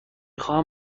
خواهم